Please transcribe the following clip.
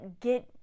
get